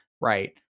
right